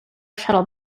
shuttle